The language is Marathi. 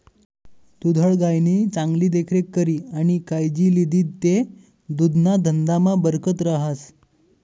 दुधाळ गायनी चांगली देखरेख करी आणि कायजी लिदी ते दुधना धंदामा बरकत रहास